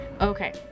Okay